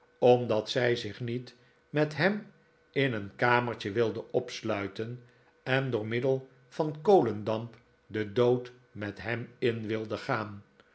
omdat zij zich niet met hem in een kamertje wilde opsluiten en door middel van kolendamp den dood met hem in wilde gaan